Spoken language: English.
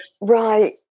Right